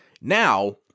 Now